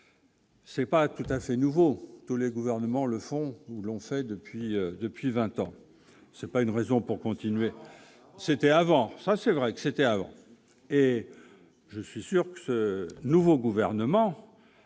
C'est pas tout à fait nouveau, tous les gouvernements le font où l'ont fait, depuis, depuis 20 ans, c'est pas une raison pour continuer, c'était avant, ça c'est vrai que c'était avant et je suis sûr que ce nouveau gouvernement